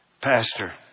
Pastor